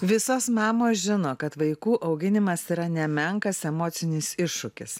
visos mamos žino kad vaikų auginimas yra nemenkas emocinis iššūkis